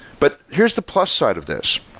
but here's the plus side of this.